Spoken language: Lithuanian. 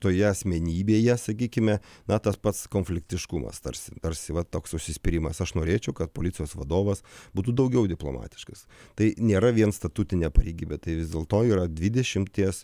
toje asmenybėje sakykime na tas pats konfliktiškumas tarsi tarsi va toks užsispyrimas aš norėčiau kad policijos vadovas būtų daugiau diplomatiškas tai nėra vien statutinė pareigybė tai vis dėlto yra dvidešimties